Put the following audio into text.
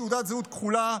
תעודת זהות כחולה,